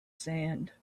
sand